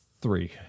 three